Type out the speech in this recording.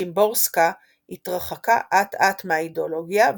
שימבורסקה התרחקה אט אט מהאידאולוגיה,